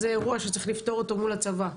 זה אירוע שצריך לפתור אותו מול הצבא.